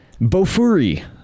Bofuri